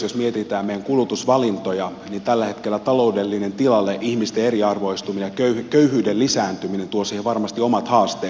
jos mietitään meidän kulutusvalintojamme niin tällä hetkellä taloudellinen tilanne ihmisten eriarvoistuminen ja köyhyyden lisääntyminen tuovat siihen varmasti omat haasteet